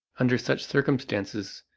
under such circumstances,